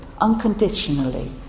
unconditionally